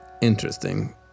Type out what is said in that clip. Interesting